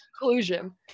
Conclusion